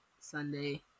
Sunday